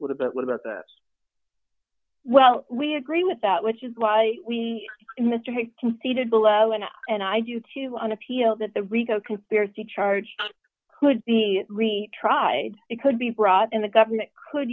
what about what about this well we agree with that which is why we in mr hague conceded below and and i do to an appeal that the rico conspiracy charge could be retried it could be brought in the government could